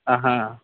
ఆహా